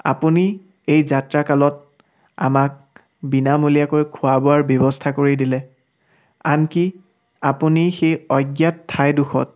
আপুনি এই যাত্ৰাকালত আমাক বিনামূলীয়াকৈ খোৱা বোৱাৰ ব্যৱস্থা কৰি দিলে আনকি আপুনি সেই অজ্ঞাত ঠাইডোখৰত